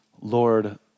Lord